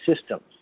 systems